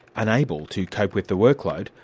unable to cope with the workload,